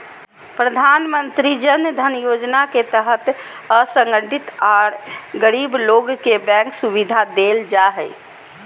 प्रधानमंत्री जन धन योजना के तहत असंगठित आर गरीब लोग के बैंक सुविधा देल जा हई